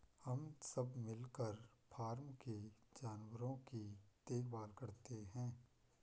हम सब मिलकर फॉर्म के जानवरों की देखभाल करते हैं